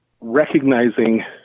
recognizing